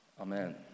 amen